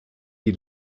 die